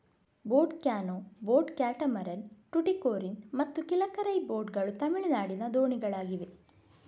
boat canoe, boat catamaran, Tuticorin ಮತ್ತು Kilakarai boat ಗಳು ತಮಿಳುನಾಡಿನ ದೋಣಿಗಳಾಗಿವೆ